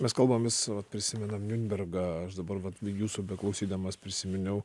mes kalbam vis prisimenam niunbergą aš dabar vat jūsų beklausydamas prisiminiau